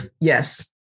Yes